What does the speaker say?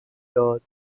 داد